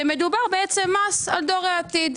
שיטילו מס על דור העתיד.